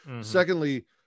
Secondly